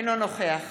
אינו נוכח